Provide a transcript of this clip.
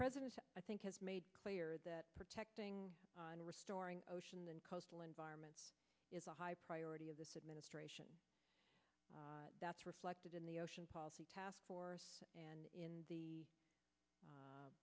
president i think has made clear that protecting and restoring ocean and coastal environment is a high priority of this administration that's reflected in the ocean policy task force and in the